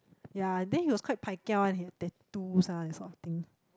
ya then he was quite pai kia one he had tattoos ah and sort of thing